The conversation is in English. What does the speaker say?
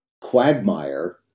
quagmire